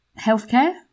Healthcare